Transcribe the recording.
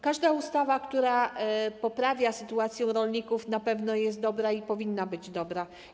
Każda ustawa, która poprawia sytuację rolników, na pewno jest dobra i powinna być dobra.